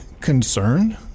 concerned